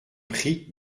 prie